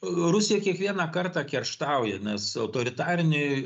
rusija kiekvieną kartą kerštauja nes autoritariniai